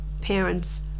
parents